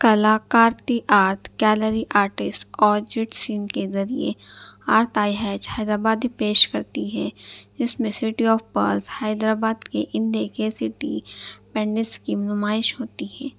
کلا کرتی art gallery artist اور جٹسنگ کے ذریعے ہاتھ آئے ہے حیدرآبادی پیش کرتی ہیں اس میں city of pearls Hyderabad کی ان دے کے سٹی پینس کی نمائش ہوتی ہے